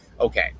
Okay